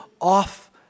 off